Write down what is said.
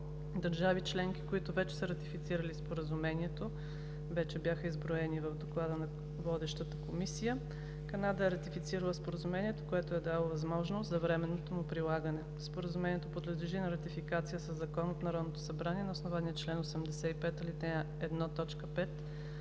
Държави членки, които вече са ратифицирали Споразумението, вече бяха изброени в Доклада на Водещата комисия. Канада е ратифицирала Споразумението, което е дало възможност за временното му прилагане. Споразумението подлежи на ратифициране със Закон от Народното събрание на основание чл. 85, ал. 1,